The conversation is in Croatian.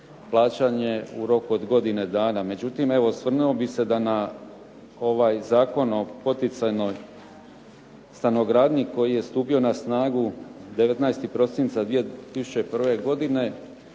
plaćanje u roku od godine dana. Međutim evo, osvrnuo bih se da na ovaj Zakon o poticajnoj stanogradnji koji je stupio na snagu 19. prosinca 2001. godine